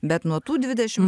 bet nuo tų dvidešim